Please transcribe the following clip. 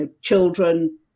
children